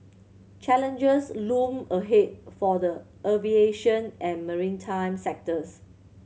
challenges loom ahead for the aviation and maritime sectors